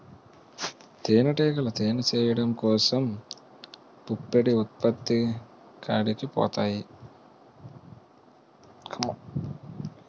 తేనిటీగలు తేనె చేయడం కోసం పుప్పొడి ఉత్పత్తి కాడికి పోతాయి